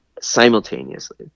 simultaneously